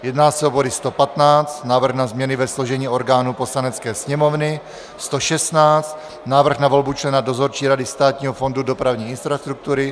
Jedná se o body 115 Návrh na změny ve složení orgánů Poslanecké sněmovny, 116 Návrh na volbu člena Dozorčí rady Státního fondu dopravní infrastruktury, 117